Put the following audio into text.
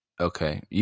Okay